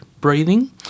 breathing